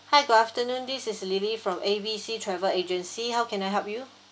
hi good afternoon this is lily from A B C travel agency how can I help you